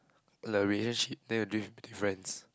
the relationship then the diff~ difference